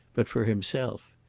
but for himself.